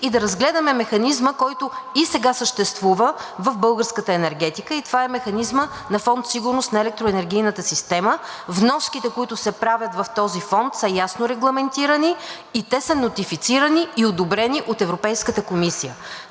и да разгледаме механизма, който и сега съществува в българската енергетика, и това е механизмът на Фонд „Сигурност на електроенергийната система“, вноските, които се правят в този фонд, са ясно регламентирани и те са нотифицирани и одобрени от Европейската комисия.